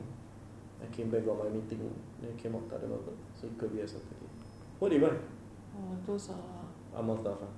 I came back got money tengok then I came out tak ada apa-apa so it could be a saturday what did you buy amar's stuff ah